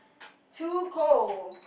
too cold